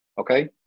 Okay